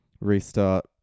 restart